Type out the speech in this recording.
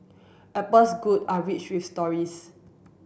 apple's good are rich with stories